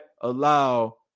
allow